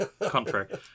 contrary